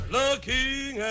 looking